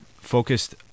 focused